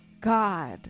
god